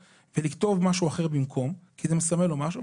ולכתוב משהו אחר במקום זה כי זה מסמל לו משהו,